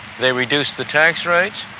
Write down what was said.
they reduce the tax rates,